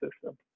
system